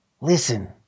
Listen